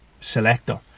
selector